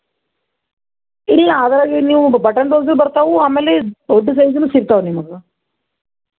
ಹ್ಞೂ ಮಾಡ್ತೀವಿ ನೀವು ಅಡ್ರೆಸ್ ಕೊಟ್ರೆ ನಾವು ಅಲ್ಲಿಗೆ ಡೆಲ್ವರ್ ಮಾಡ್ತೀವಿ ಬಟ್ ಏನೆಂದ್ರೆ ಅದು ಡೆಲ್ವ ಡೆಲ್ವರಿ ಡೆಲಿವರಿ ಚಾರ್ಜ್ ಬೀಳುತ್ತೆ ನಿಮ್ಗೆ